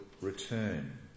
return